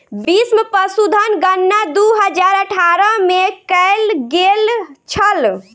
बीसम पशुधन गणना दू हजार अठारह में कएल गेल छल